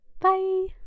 Bye